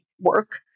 work